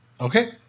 okay